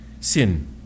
sin